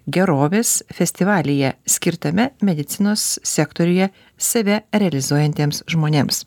gerovės festivalyje skirtame medicinos sektoriuje save realizuojantiems žmonėms